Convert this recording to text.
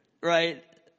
right